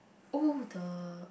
oh the